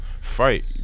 fight